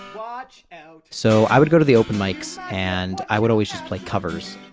watch out so i would go to the open mikes and i would always just play covers.